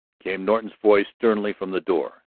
came norton's voice sternly from the door.